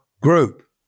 group